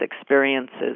experiences